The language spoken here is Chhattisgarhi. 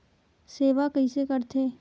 सेवा कइसे करथे?